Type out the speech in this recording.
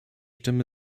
stimme